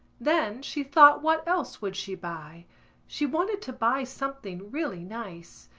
then she thought what else would she buy she wanted to buy something really nice.